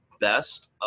best